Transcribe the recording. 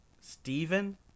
Steven